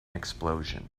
explosion